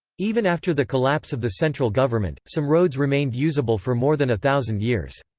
even after the collapse of the central government, some roads remained usable for more than a thousand years.